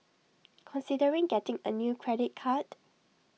considering getting A new credit card